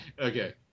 Okay